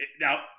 now